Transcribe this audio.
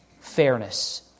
fairness